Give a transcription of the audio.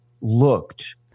looked